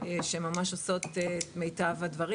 שממש עושות את מיטב הדברים.